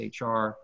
HR